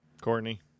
Courtney